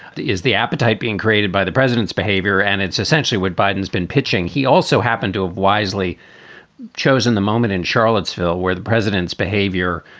is the appetite being created by the president's behavior? and it's essentially what biden has been pitching. he also happened to have wisely chosen the moment in charlottesville where the president's behavior,